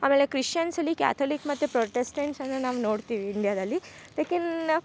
ಆಮೇಲೆ ಕ್ರಿಶಿಯನ್ಸ್ ಅಲ್ಲಿ ಕ್ಯಾತೊಲಿಕ್ ಮತ್ತು ಪ್ರೊಟೆಸ್ಟೆಂಟ್ಸನ್ನ ನಾವು ನೊಡ್ತೀವಿ ಇಂಡಿಯಾದಲ್ಲಿ ಲೈಕ್ ಇನ್